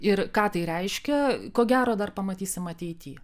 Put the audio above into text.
ir ką tai reiškia ko gero dar pamatysim ateity